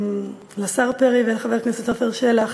לשר פרי ולחבר הכנסת עפר שלח,